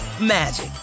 magic